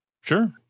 Sure